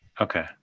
Okay